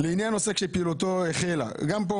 לעניין עוסק שפעילותו החלה גם פה